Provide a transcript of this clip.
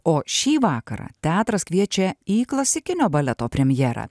o šį vakarą teatras kviečia į klasikinio baleto premjerą